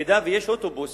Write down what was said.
אם יש אוטובוס